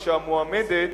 כשהמועמדת